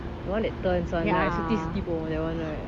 the one that turns [one] right சுத்தி சுத்தி போகும்:suthi suthi pogum lah